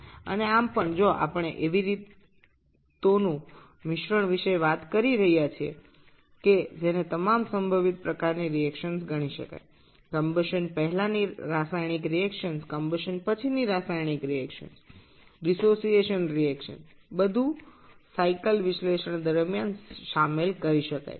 এবং এর মাধ্যমে এমনকি যদি আমরা এমন এক মিশ্রণের কথা বলছি যা সমস্ত সম্ভাব্য বিক্রিয়া হিসাবে বিবেচিত হতে পারে প্রাক দহন রাসায়নিক বিক্রিয়া পরবর্তী সময়ের দহন রাসায়নিক বিক্রিয়াগুলি বিয়োজন বিক্রিয়া গুলি সমস্ত কিছুই এই চক্র বিশ্লেষণের সময় যুক্ত করা যেতে পারে